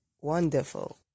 Wonderful